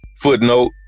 footnote